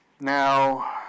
Now